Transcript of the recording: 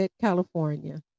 California